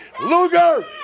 Luger